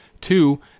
Two